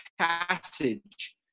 passage